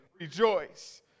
rejoice